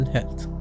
Health